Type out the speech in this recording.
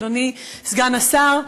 אדוני סגן השר.